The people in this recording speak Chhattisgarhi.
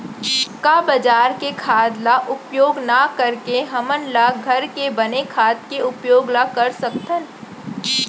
का बजार के खाद ला उपयोग न करके हमन ल घर के बने खाद के उपयोग ल कर सकथन?